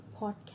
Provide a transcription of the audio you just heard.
Podcast